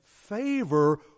favor